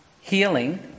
healing